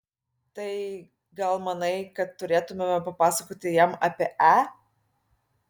tai gal manai kad turėtumėme papasakoti jam apie e